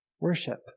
worship